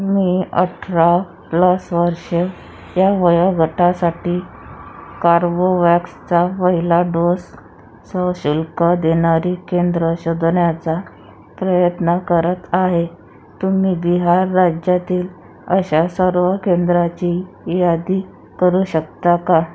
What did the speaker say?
मी अठरा प्लस वर्षे या वयोगटासाठी कार्बोवॅक्सचा पहिला डोस सहशुल्क देणारी केंद्र शोधण्याचा प्रयत्न करत आहे तुम्ही बिहार राज्यातील अशा सर्व केंद्राची यादी करू शकता का